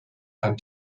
and